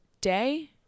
day